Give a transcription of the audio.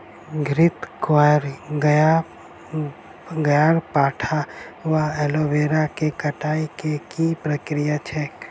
घृतक्वाइर, ग्यारपाठा वा एलोवेरा केँ कटाई केँ की प्रक्रिया छैक?